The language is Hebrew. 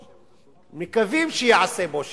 הם מקווים שייעשה בו שימוש,